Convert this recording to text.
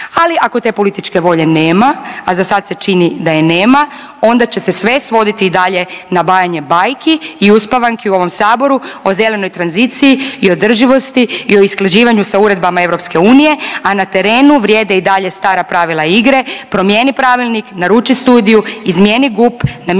ali ako te političke volje nema, a zasad se čini da je nema, onda će se sve svoditi i dalje na bajanje bajki i uspavanki u ovom saboru o zelenoj tranziciji i održivosti i o usklađivanju sa uredbama EU, a na terenu vrijede i dalje stara pravila igre, promijeni pravilnik, naruči studiju, izmijeni GUP, namjesti